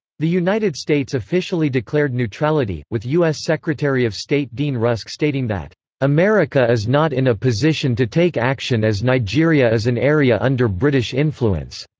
the united states officially declared neutrality, with us secretary of state dean rusk stating that america is not in a position to take action as nigeria is an area under british influence,